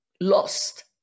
lost